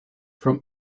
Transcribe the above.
from